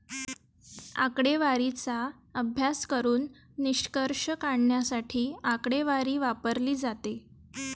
आकडेवारीचा अभ्यास करून निष्कर्ष काढण्यासाठी आकडेवारी वापरली जाते